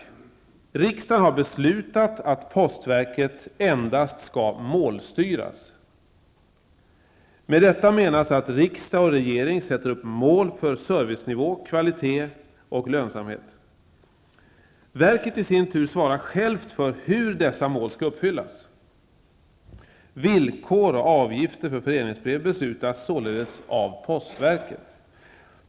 Riksdagen har beslutat att postverket endast skall målstyras. Med detta menas att riksdag och regering sätter upp mål för servicenivå, kvalitet och lönsamhet. Verket i sin tur svarar självt för hur dessa mål skall uppfyllas. Villkor och avgifter för föreningsbrev beslutas således av postverket.